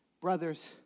brothers